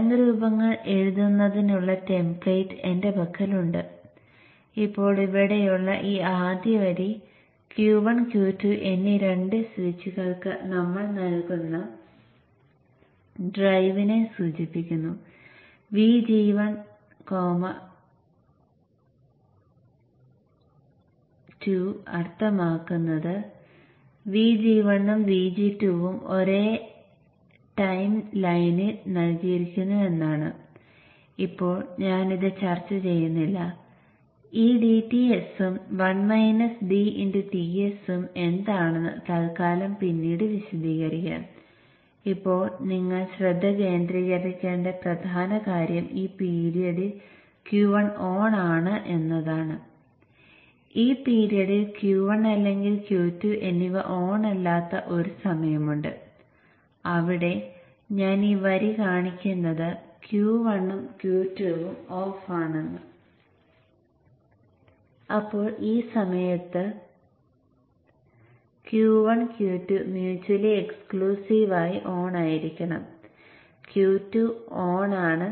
സെക്കൻഡറിയുടെ 2 പകുതിയിൽ കറന്റ് തുല്യമായി വിഭജിക്കുന്ന പുഷ് പുൾ സന്ദർഭങ്ങളിലെന്നപോലെ സെക്കൻഡറിയിലെ 0 വോൾട്ടേജ് റദ്ദാക്കിയതിനാൽ ഫ്ലക്സ് മാറാത്തതിനാൽ dφdt 0 ആണ് പ്രൈമറിയിലുടനീളമുള്ള വോൾട്ടേജും 0 ആണ്